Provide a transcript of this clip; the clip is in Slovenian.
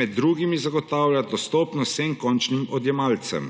med drugim se zagotavlja dostopnost vsem končnim odjemalcem.